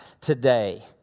today